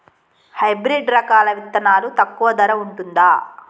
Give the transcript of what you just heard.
Hybrid రకాల విత్తనాలు తక్కువ ధర ఉంటుందా?